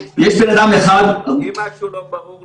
יש בן אדם אחד --- מי שמחליט